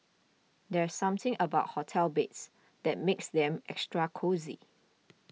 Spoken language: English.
there's something about hotel beds that makes them extra cosy